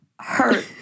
hurt